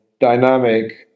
dynamic